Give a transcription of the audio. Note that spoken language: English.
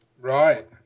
Right